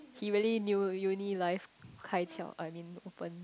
he really new uni life uh I mean open